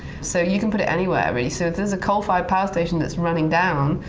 so you can put it anywhere, really. so, if there's a coal-fired power station that's running down,